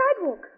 sidewalk